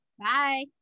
Bye